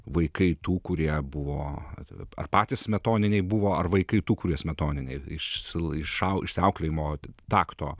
vaikai tų kurie buvo ar patys smetoniniai buvo ar vaikai tų kurie smetoniniai išsi išsiauklėjimo takto